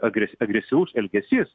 agre agresyvus elgesys